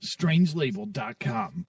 Strangelabel.com